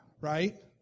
right